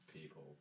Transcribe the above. people